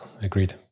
agreed